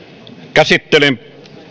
käsittelyn